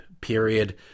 Period